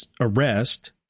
arrest